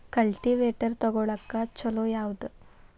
Cultivator ತೊಗೊಳಕ್ಕ ಛಲೋ ಯಾವದ?